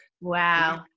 Wow